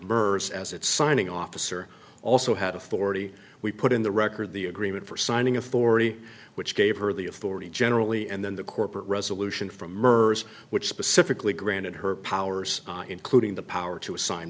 mers as it's signing officer also had authority we put in the record the agreement for signing authority which gave her the authority generally and then the corporate resolution from mergers which specifically granted her powers including the power to assign